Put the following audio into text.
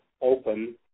Open